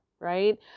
right